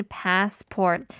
passport